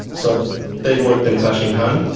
so they work them cash in hand.